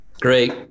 Great